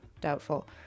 doubtful